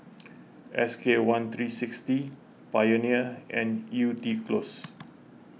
S K one three sixty Pioneer and Yew Tee Close